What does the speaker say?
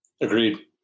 agreed